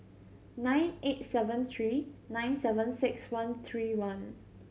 nine eight seven three nine seven six one three one